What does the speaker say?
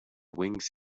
wings